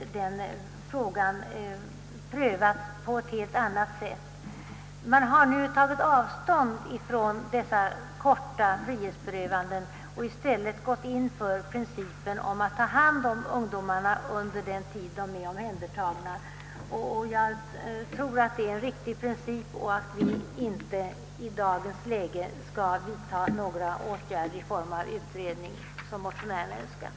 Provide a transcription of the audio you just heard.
Både inom kriminaloch barnavården har man tagit avstånd från sådana korta frihetsberövanden som föreslås i motionerna och i stället gått in för principen att ta hand om ungdomarna under den tid man har dem under behandling. Jag tror att det är en riktig princip och vill i dagens läge inte vara med om någon sådan utredning som motionärerna önskar.